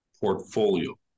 portfolio